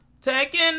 Taking